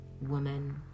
woman